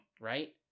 right